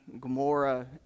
Gomorrah